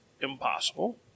impossible